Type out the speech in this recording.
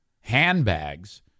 handbags